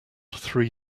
three